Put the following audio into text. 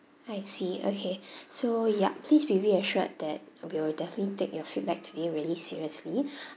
I see okay so yup please be reassured that we will definitely take your feedback today really seriously